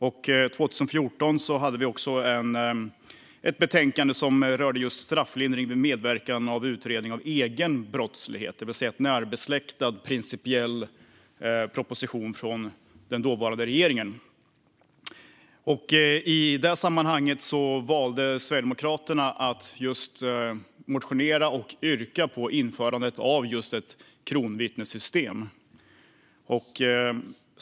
År 2014 hade vi ett betänkande som rörde strafflindring vid medverkan av utredning av egen brottslighet, det vill säga en närbesläktad principiell proposition från den dåvarande regeringen. I detta sammanhang valde Sverigedemokraterna att motionera om och yrka på införande av just ett kronvittnessystem.